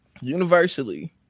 Universally